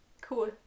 Cool